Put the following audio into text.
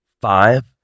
Five